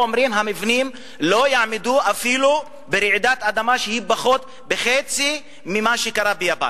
אומרים שהמבנים לא יעמדו אפילו ברעידת אדמה של פחות מחצי ממה שקרה ביפן,